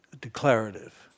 declarative